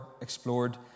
Explored